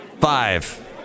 five